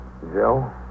Joe